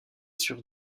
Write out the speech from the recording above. sur